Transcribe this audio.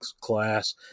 class